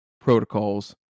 protocols